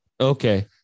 Okay